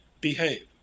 Behave